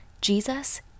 Jesus